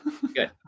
good